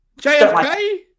JFK